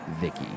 Vicky